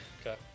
Okay